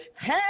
Hey